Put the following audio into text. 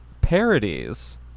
parodies